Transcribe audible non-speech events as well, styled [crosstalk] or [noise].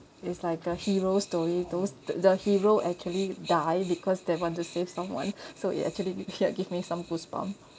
it's like a hero story those th~ the hero actually die because they want to save someone [breath] so it actually ya give me some goosebump